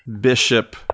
Bishop